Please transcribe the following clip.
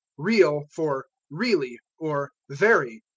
real for really, or very.